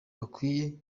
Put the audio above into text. bakwiye